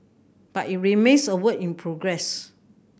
but it remains a work in progress